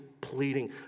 pleading